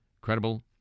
credible